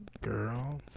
Girl